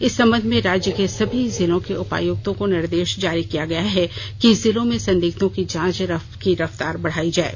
इस संबंध में राज्य के सभी जिलों के उपायुक्तों को निर्देश जारी किया गया है कि जिलों में संदिग्धों की जांच की रफ्तार बढ़ाई जाये